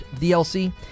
DLC